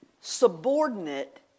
subordinate